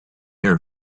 air